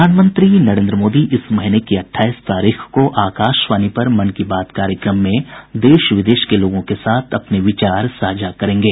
प्रधानमंत्री नरेन्द्र मोदी इस महीने की अट्ठाईस तारीख को आकाशवाणी पर मन की बात कार्यक्रम में देश विदेश के लोगों के साथ अपने विचार साझा करेंगे